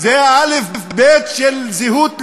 של זהות לאומית,